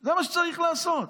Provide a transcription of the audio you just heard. זה מה שצריך לעשות.